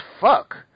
fuck